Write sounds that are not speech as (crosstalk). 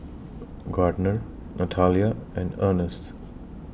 (noise) Gardner Natalia and Ernst